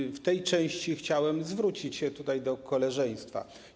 I w tej części chciałem zwrócić się tutaj do koleżeństwa.